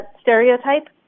stereotype